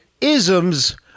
isms